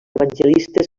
evangelistes